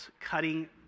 cutting